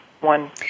one